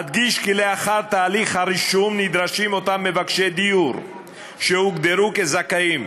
אדגיש כי לאחר תהליך הרישום נדרשים אותם מבקשי דיור שהוגדרו כזכאים,